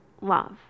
love